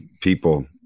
people